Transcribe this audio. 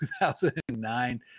2009